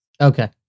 Okay